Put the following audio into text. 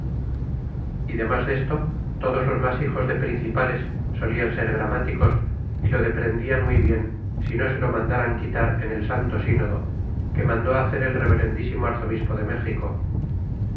y domas desto todos los mas hijos de principales solian ser gramáticos y lo deprendian muy bien si no se lo mandaran quitar en el santo sínodo que mandó hacer el reverendísimo arzobispo de méxico